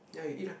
ya you eat lah